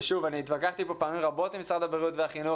ושוב אני התווכחתי פה רבות עם משרד הבריאות והחינוך,